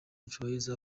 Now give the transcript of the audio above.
rejoice